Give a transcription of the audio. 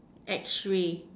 X ray